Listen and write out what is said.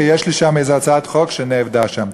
כי יש לי איזה הצעת חוק שאבדה שם.